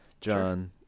John